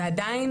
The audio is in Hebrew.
ועדיין